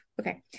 okay